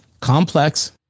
complex